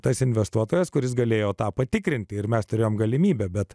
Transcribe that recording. tas investuotojas kuris galėjo tą patikrinti ir mes turėjome galimybę bet